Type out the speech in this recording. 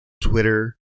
Twitter